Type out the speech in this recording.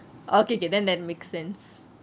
okay okay then that makes sense